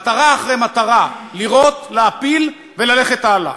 מטרה אחרי מטרה, לירות, להפיל וללכת הלאה,